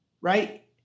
Right